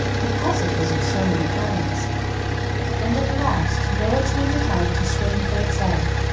because it was of so many kinds and at last noah turned it out to swim for itself,